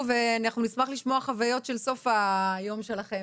ואנחנו נשמח לשמוע חוויות בסוף היום שלכם.